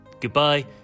Goodbye